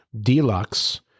Deluxe